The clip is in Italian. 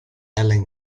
ellen